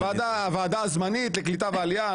הוועדה הזמנית לקליטה ועלייה.